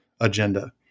agenda